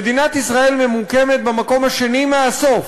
מדינת ישראל ממוקמת במקום השני מהסוף,